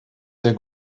sehr